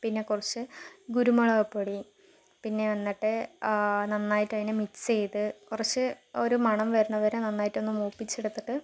പിന്നെ കുറച്ച് കുരുമുളക് പൊടി പിന്നെ വന്നിട്ട് നന്നായിട്ട് അതിനെ മിക്സ് ചെയ്ത് കുറച്ച് ഒരു മണം വരുന്നത് വരെ നന്നായിട്ട് ഒന്ന് മൂപ്പിച്ച് എടുത്തിട്ട്